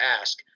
ask